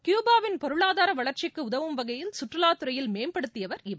க்யூபாவின் பொருளாதார வளர்ச்சிக்கு உதவும்வகையில் சுற்றுலாத்துறையில் மேம்படுத்தியவர் இவர்